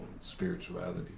spirituality